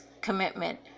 commitment